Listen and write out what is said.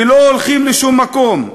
ולא הולכים לשום מקום.